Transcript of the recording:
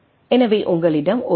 எனவே உங்களிடம் 1 எல்